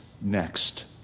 next